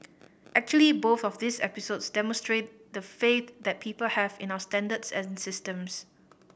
actually both of these episodes demonstrate the faith that people have in our standards and systems